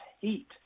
heat